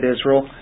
Israel